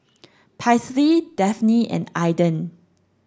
Paisley Dafne and Aiden